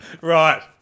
Right